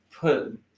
put